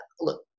look